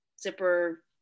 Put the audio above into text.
zipper